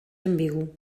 ambigu